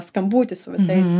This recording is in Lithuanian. skambutį su visais